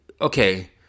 okay